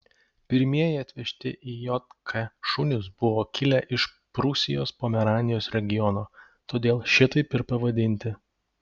pirmieji atvežti į jk šunys buvo kilę iš prūsijos pomeranijos regiono todėl šitaip ir pavadinti